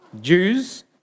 jews